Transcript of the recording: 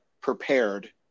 prepared